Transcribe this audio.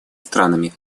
странами